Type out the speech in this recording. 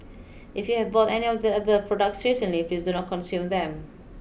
if you have bought any of the above products recently please do not consume them